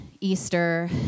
Easter